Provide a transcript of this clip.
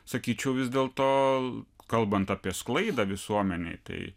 sakyčiau vis dėlto kalbant apie sklaidą visuomenėj tai